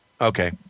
Okay